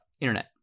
internet